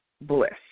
bliss